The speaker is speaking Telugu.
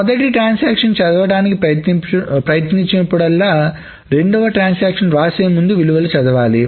మొదటి ట్రాన్సాక్షన్ చదవడానికి ప్రయత్నించినప్పుడల్లా రెండవ ట్రాన్సాక్షన్ వ్రాసే ముందు విలువలు చదవాలి